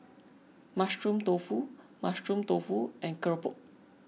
Mushroom Tofu Mushroom Tofu and Keropok